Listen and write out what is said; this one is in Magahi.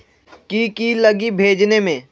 की की लगी भेजने में?